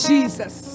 Jesus